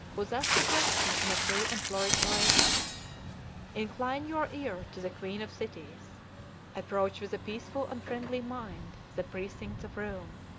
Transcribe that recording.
who thus addressed him in a free and florid oration incline your ear to the queen of cities approach with a peaceful and friendly mind the precincts of rome,